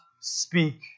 speak